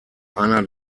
einer